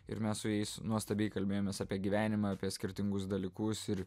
ir mes su jais nuostabiai kalbėjomės apie gyvenimą apie skirtingus dalykus ir